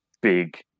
big